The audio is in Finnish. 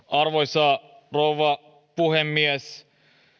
arvoisa rouva puhemies